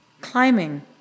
climbing